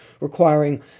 requiring